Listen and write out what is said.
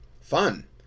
Fun